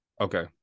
okay